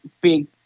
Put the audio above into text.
Big